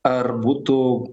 ar būtų